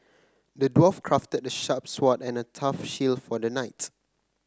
the dwarf crafted a sharp sword and a tough shield for the knight